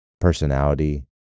personality